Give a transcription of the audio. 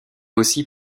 aussi